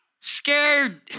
Scared